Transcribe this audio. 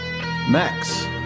Max